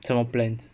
什么 plans